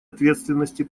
ответственности